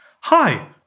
Hi